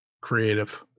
creative